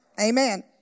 Amen